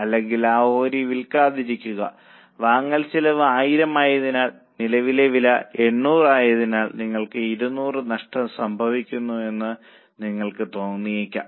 അല്ലെങ്കിൽ ആ ഓഹരി വിൽക്കാതിരിക്കുക വാങ്ങൽ ചെലവ് 1000 ആയതിനാൽ നിലവിലെ വില 800 ആയതിനാൽ നിങ്ങൾക്ക് 200 നഷ്ടം സംഭവിക്കുമെന്ന് നിങ്ങൾക്ക് തോന്നിയേക്കാം